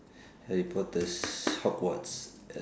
harry potter's hogwarts